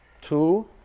Two